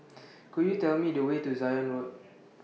Could YOU Tell Me The Way to Zion Road